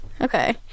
okay